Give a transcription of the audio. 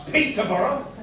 Peterborough